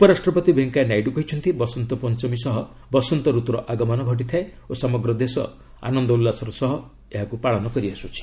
ଉପରାଷ୍ଟ୍ରପତି ଭେଙ୍କିୟାନାଇଡୁ କହିଛନ୍ତି ବସନ୍ତପଞ୍ଚମୀ ସହ ବସନ୍ତରତୁର ଆଗମନ ଘଟିଥାଏ ଓ ସମଗ୍ର ଦେଶ ଆନନ୍ଦ ଉଲ୍ଲାସର ସହ ଏହାର ପାଳନ କରିଆସ୍କୁଛି